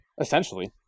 Essentially